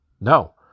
No